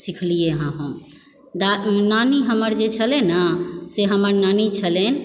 सिखलियै हँ हम दादी नानी हमर जे छलय न से हमर नानी छलनि